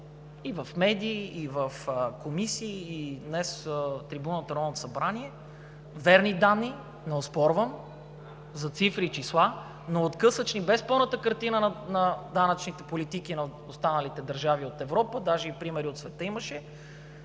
и в медии, и в комисии, и днес от трибуната на Народното събрание, верни данни – не оспорвам за цифри и числа, но откъслечни, без пълната картина на данъчните политики на останалите държави от Европа, даже имаше и примери от света,